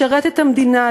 לשרת את המדינה,